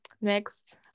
next